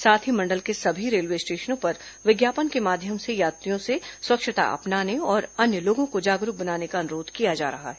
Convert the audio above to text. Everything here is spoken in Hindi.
साथ ही मंडल के सभी रेलवे स्टेशनों पर विज्ञापन के माध्यम से यात्रियों से स्वच्छता अपनाने और अन्य लोगों को जागरूक बनाने का अनुरोध किया जा रहा है